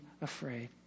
afraid